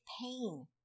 pain